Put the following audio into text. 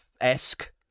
esque